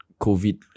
COVID